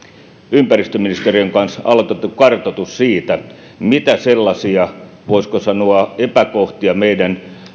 ympäristöministeriön kanssa aloittaneet kartoituksen siitä mitä sellaisia voisiko sanoa epäkohtia meidän